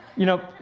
you know,